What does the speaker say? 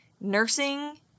nursing